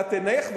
ואת אינך,